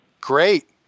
Great